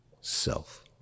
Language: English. self